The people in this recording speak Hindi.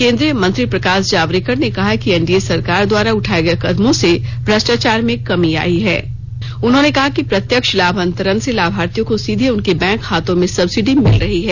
केंद्रीय मंत्री प्रकाश जावड़ेकर ने कहा है कि एनडीए सरकार द्वारा उठाए गए कदमों से भ्रष्टाचार में कमी आई ळें उन्होंने कहा कि प्रत्यक्ष लाभ अंतरण से लाभार्थियों को सीधे उनके बैंक खातों में सब्सिडी मिल रही है